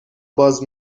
باز